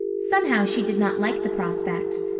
somehow she did not like the prospect.